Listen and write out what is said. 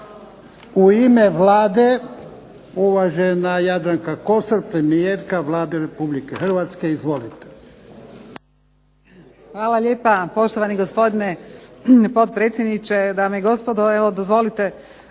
U ime Vlade uvažena Jadranka Kosor, premijerka Vlade Republike Hrvatske. Izvolite. **Kosor, Jadranka (HDZ)** Hvala lijepa poštovani gospodine potpredsjedniče, dame i gospodo. Evo dozvolite